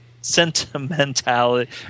sentimentality